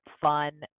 fun